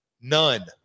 None